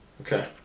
Okay